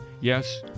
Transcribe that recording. Yes